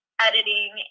editing